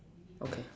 okay